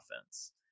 offense